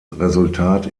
resultat